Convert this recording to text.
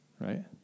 right